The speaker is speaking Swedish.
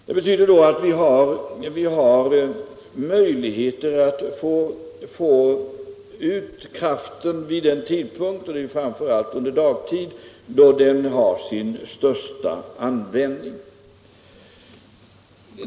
Det betyder att vi har möjligheter att få ut kraften vid den tidpunkt då den har sin största användning, och det är framför allt under dagtid.